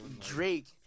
Drake